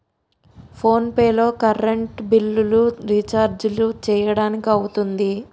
phone pay లో current బిల్లులు, రిచార్జీలు చేయడానికి అవుతుంది